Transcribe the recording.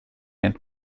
and